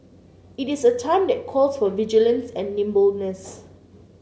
it is a time that calls for vigilance and nimbleness